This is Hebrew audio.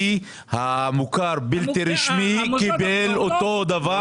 המוכר הבלתי רשמי קיבל אותו דבר.